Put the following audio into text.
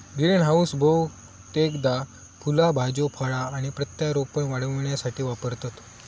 greenhouse बहुतेकदा फुला भाज्यो फळा आणि प्रत्यारोपण वाढविण्यासाठी वापरतत